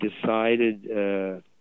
decided